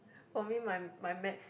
for me my my maths